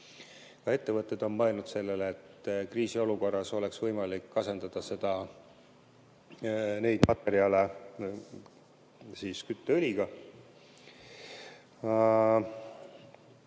ettevõtted on mõelnud sellele, et kriisiolukorras oleks võimalik asendada neid materjale kütteõliga.